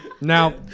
Now